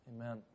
Amen